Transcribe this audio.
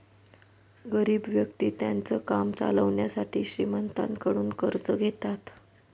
गरीब व्यक्ति त्यांचं काम चालवण्यासाठी श्रीमंतांकडून कर्ज घेतात